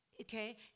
Okay